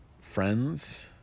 friends